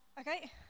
Okay